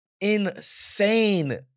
insane